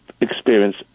experience